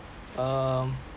um